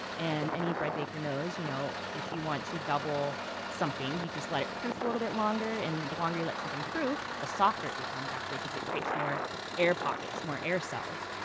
and any bread bakers knows, you know if you want to double something, you just let it proof a little bit longer. and the longer you let something proof the softer it becomes, because it creates more air pockets, more air cells.